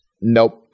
Nope